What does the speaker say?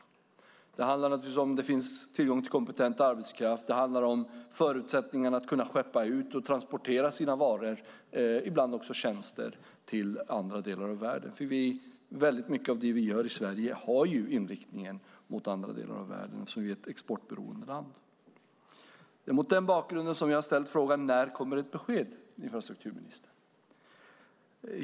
Det gäller om det finns tillgång till kompetent arbetskraft. Det handlar om förutsättningarna för att kunna skeppa ut och transportera sina varor, ibland också tjänster, till andra delar av världen. Väldigt mycket av det vi gör i Sverige har ju inriktningen mot andra delar av världen eftersom vi är ett exportberoende land. Det är mot den bakgrunden som jag har ställt frågan: När kommer ett besked, infrastrukturministern?